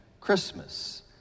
Christmas